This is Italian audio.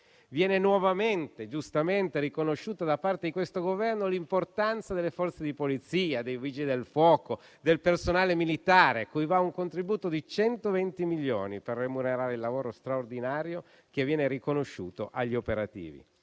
Viene nuovamente e giustamente riconosciuta da parte di questo Governo l'importanza delle Forze di polizia, dei Vigili del fuoco, del personale militare, a cui va un contributo di 120 milioni per remunerare il lavoro straordinario che viene riconosciuto agli operativi.